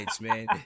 man